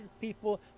people